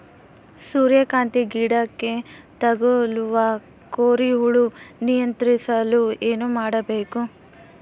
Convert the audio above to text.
ಸೂರ್ಯಕಾಂತಿ ಗಿಡಕ್ಕೆ ತಗುಲುವ ಕೋರಿ ಹುಳು ನಿಯಂತ್ರಿಸಲು ಏನು ಮಾಡಬೇಕು?